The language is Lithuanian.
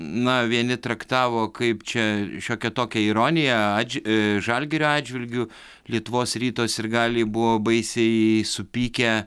na vieni traktavo kaip čia šiokią tokią ironiją atž ee žalgirio atžvilgiu lietuvos ryto sirgaliai buvo baisiai supykę